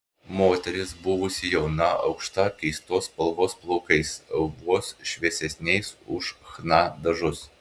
moteris buvusi jauna aukšta keistos spalvos plaukais vos šviesesniais už chna dažus